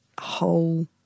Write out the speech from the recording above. whole